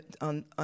on